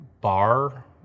Bar